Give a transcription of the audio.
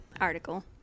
article